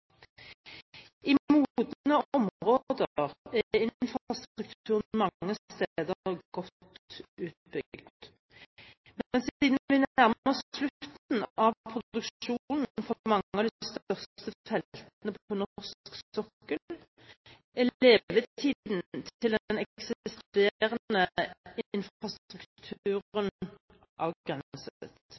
og Heimdal. I modne områder er infrastrukturen mange steder godt utbygd. Men siden vi nærmer oss slutten av produksjonen for mange av de største feltene på norsk sokkel, er levetiden til den eksisterende infrastrukturen avgrenset.